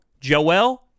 Joel